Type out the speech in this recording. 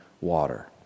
water